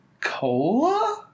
cola